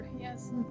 yes